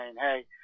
hey